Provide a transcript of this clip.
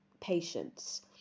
patients